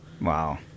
Wow